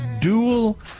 dual